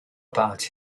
about